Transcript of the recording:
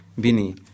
Bini